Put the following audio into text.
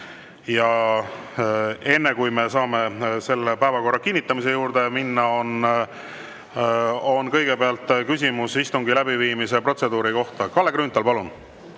Aga enne, kui me saame päevakorra kinnitamise juurde minna, on küsimus istungi läbiviimise protseduuri kohta. Kalle Grünthal, palun!